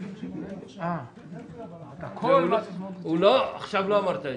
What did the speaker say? בכל שקף יש תאריך, מתי זה ייכנס.